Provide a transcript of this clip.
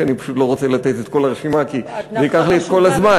שאני פשוט לא רוצה לתת את כל הרשימה כי זה ייקח לי את כל הזמן.